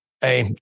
hey